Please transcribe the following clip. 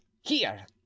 Here